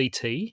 CT